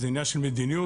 זה עניין של מדיניות,